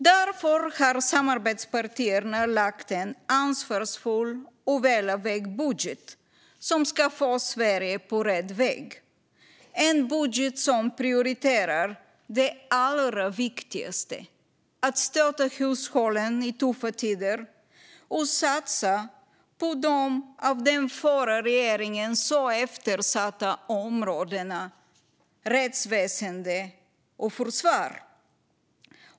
Därför har samarbetspartierna lagt en ansvarsfull och välavvägd budget som ska få Sverige på rätt väg. Det är en budget som prioriterar det allra viktigaste - att stötta hushållen i tuffa tider och att satsa på de av den förra regeringen så eftersatta områdena rättsväsen och försvar.